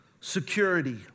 security